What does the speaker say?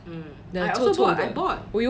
mm I also bought I bought